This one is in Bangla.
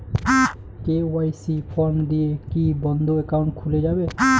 কে.ওয়াই.সি ফর্ম দিয়ে কি বন্ধ একাউন্ট খুলে যাবে?